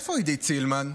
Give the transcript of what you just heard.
איפה עידית סילמן?